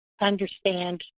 understand